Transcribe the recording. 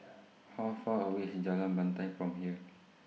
How Far away IS Jalan Batai from here